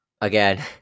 again